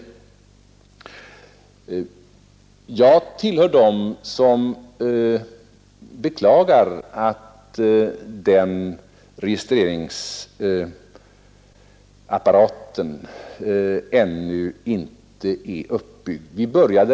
Jag tillhör dem som beklagar att den registreringsapparaten ännu inte är uppbyggd.